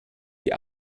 die